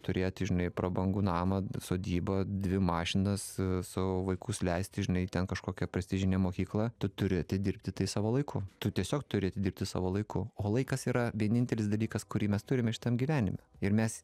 turėti žinai prabangų namą sodybą dvi mašinas savo vaikus leisti žinai ten kažkokią prestižinę mokyklą tu turi atidirbti tai savo laiko tu tiesiog turi atidirbti savo laiku o laikas yra vienintelis dalykas kurį mes turime šitam gyvenime ir mes